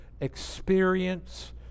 experience